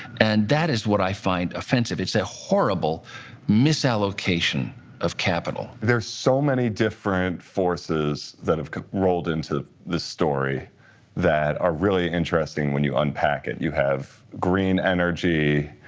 and that is what i find offensive. it's a horrible misallocation of capital. there's so many different forces that have rolled into this story that are really interesting when you unpack it. you have green energy,